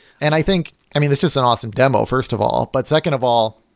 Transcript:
and i think that's just an awesome demo, first of all. but second of all,